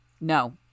No